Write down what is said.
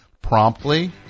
promptly